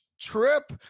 trip